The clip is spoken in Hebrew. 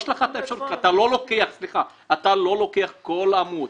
יש לך את האפשרות, אתה לא לוקח כל עמוד.